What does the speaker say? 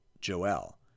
Joel